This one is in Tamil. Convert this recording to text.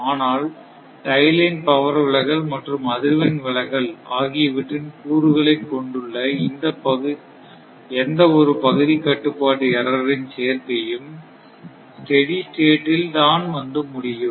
ஆனால் டை லைன் பவர் விலகல் மற்றும் அதிர்வெண் விலகல் ஆகியவற்றின் கூறுகளைக் கொண்டுள்ள எந்த ஒரு பகுதி கட்டுப்பாட்டு எரார்ரின் சேர்க்கையும் ஸ்டெடி ஸ்டேட் இல் தான் வந்து முடியும்